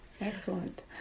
Excellent